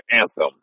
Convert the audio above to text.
anthem